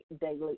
daily